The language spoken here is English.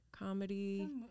Comedy